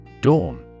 Dawn